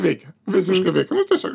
veikia visiškai veikia nu tiesiog